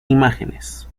imágenes